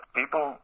people